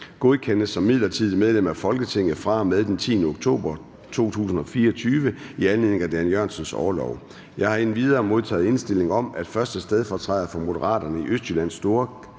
godkendes som midlertidigt medlem af Folketinget fra og med den 10. oktober 2024 i anledning af Dan Jørgensens orlov. Jeg har endvidere modtaget indstilling om, at 1. stedfortræder for Østjyllands